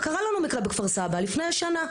וקרה לנו מקרה בכפר סבא לפני שנה,